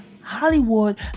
Hollywood